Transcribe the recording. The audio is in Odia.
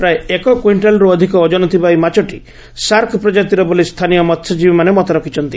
ପ୍ରାୟ ଏକ କୁଇକ୍କାଲ୍ରୁ ଅଧିକ ଓଜନ ଥିବା ଏହି ମାଛଟି ସାର୍କ ପ୍ରଜାତିର ବୋଲି ସ୍ରାନୀୟ ମହ୍ୟଜୀବୀମାନେ ମତ ରଖିଛନ୍ତି